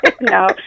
no